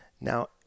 Now